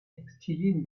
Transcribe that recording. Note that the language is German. textilien